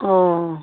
অঁ